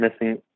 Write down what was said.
missing